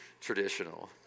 traditional